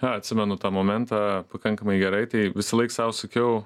na atsimenu tą momentą pakankamai gerai tai visąlaik sau sakiau